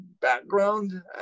background